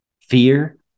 fear